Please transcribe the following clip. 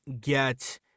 get